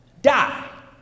die